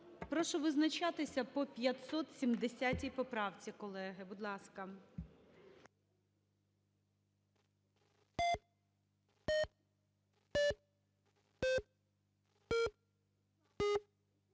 Прошу визначатися по 570 поправці, колеги. Будь ласка.